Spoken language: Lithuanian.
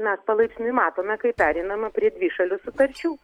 mes palaipsniui matome kaip pereinama prie dvišalių sutarčių